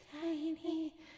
tiny